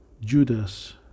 Judas